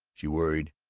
she worried,